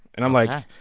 and i'm like,